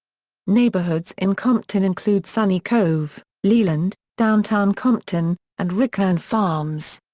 neighborhoods in compton include sunny cove, leland, downtown compton, and richland farms.